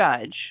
judge